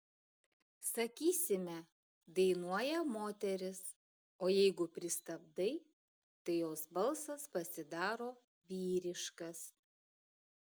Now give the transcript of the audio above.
sakysime dainuoja moteris o jeigu pristabdai tai jos balsas pasidaro vyriškas